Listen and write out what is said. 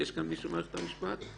יש מישהו ממערכת המשפט?